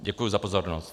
Děkuji za pozornost.